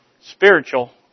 spiritual